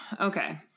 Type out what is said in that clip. Okay